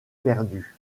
perdu